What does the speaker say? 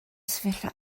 sefyllfa